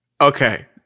Okay